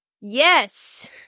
Yes